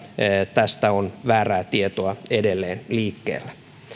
tästä on väärää tietoa edelleen liikkeellä